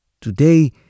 Today